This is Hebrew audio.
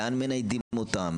לאן מניידים אותם?